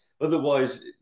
Otherwise